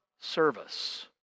service